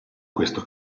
questo